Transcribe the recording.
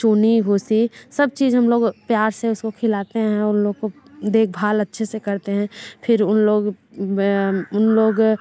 चूनी भूसी सब चीज़ हम लोग प्यार से उसको खिलाते हैं और उन लोग को देख भाल अच्छे से करते हैं फिर उन लोग उन लोग